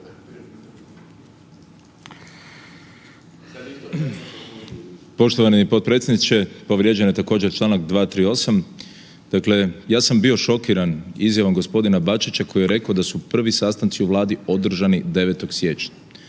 Poštovani potpredsjedniče povrijeđen je također Članak 238., dakle ja sam bio šokiran izjavom gospodina Bačića koji je rekao da su prvi sastanci u Vladi održani 9. siječnja,